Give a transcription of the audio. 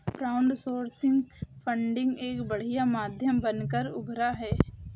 crowdsourcing funding का एक बढ़िया माध्यम बनकर उभरा है